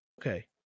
Okay